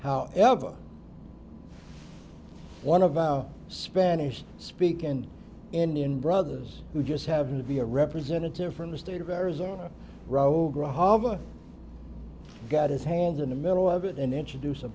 however one of the spanish speaking indian brothers who just happened to be a representative from the state of arizona ro ro hava got his hands in the middle of it and introduce a